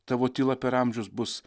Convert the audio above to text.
tavo tyla per amžius bus